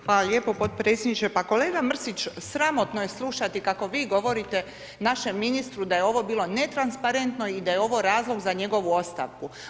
Hvala lijepo podpredsjedniče, pa kolega Mrsić sramotno je slušati kako vi govorite našem ministru da je ovo bilo netransparentno i da je ovo razlog za njegovu ostavku.